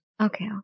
Okay